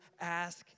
ask